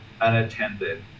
unattended